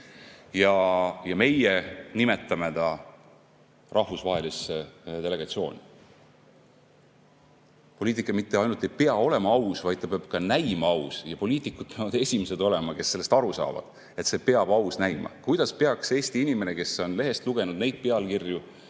ja meie nimetame ta rahvusvahelisse delegatsiooni. Poliitika mitte ainult ei pea olema aus, vaid see peab ka näima aus, ja poliitikud peavad olema esimesed, kes sellest aru saavad, et see peab aus näima. Kuidas peaks [seda mõistma] Eesti inimene, kes on lehest lugenud neid pealkirju,